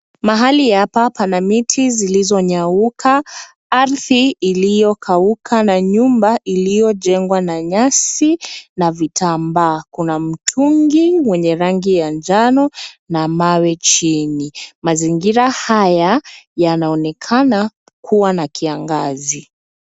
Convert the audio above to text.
Mahali hapa pana miti zilizonyauka, ardhi iliyokauka na nyumba iliyojengwa na nyasi na vitambaa. Kuna mtungi mwenye rangi ya njano na mawe chini. Mazingira haya yanaonekana kuwa na kiangazi.